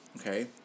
okay